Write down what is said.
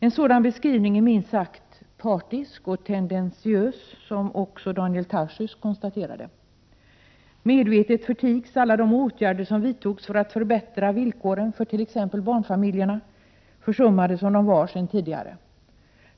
En sådan beskrivning är minst sagt partisk och tendentiös, som också Daniel Tarschys konstaterade. Medvetet förtigs alla de åtgärder som vidtogs för att förbättra villkoren för t.ex. barnfamiljerna, försummade som de var sedan tidigare.